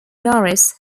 norris